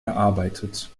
erarbeitet